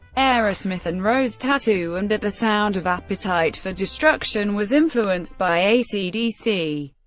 aerosmith, and rose tattoo, and that the sound of appetite for destruction was influenced by ac dc,